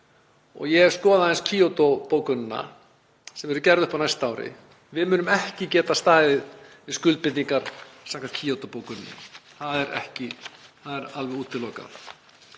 Ég hef skoðað aðeins Kyoto-bókunina sem verður gerð upp á næsta ári. Við munum ekki geta staðið við skuldbindingar samkvæmt Kyoto-bókuninni. Það er alveg útilokað.